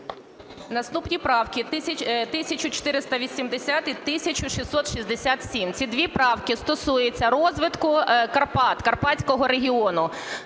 Наступні правки 1480 і 1667. Ці дві правки стосуються розвитку Карпат, Карпатського регіону.